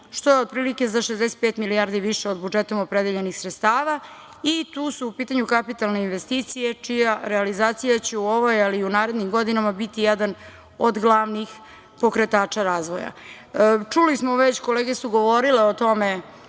što je otprilike za 65 milijardi više od budžetom opredeljenih sredstava i tu su u pitanju kapitalne investicije čija realizacija će u ovoj, ali i narednim godinama biti jedan od glavnih pokretača razvoja. Čuli smo već, kolege su govorile o tome